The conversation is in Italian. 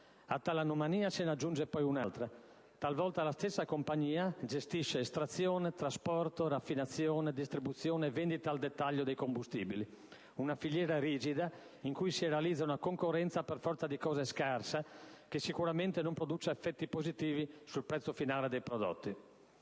A tale anomalia se ne aggiunge poi un'altra: talvolta la stessa compagnia gestisce estrazione, trasporto, raffinazione, distribuzione e vendita al dettaglio dei combustibili; una filiera rigida, in cui si realizza una concorrenza per forza di cose scarsa, che sicuramente non produce effetti positivi sul prezzo finale dei prodotti.